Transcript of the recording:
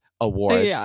award